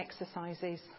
exercises